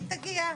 היא תגיע.